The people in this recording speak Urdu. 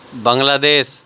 بنگلہ دیس